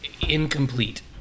incomplete